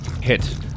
Hit